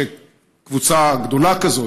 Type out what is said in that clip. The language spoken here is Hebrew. שקבוצה גדולה כזו,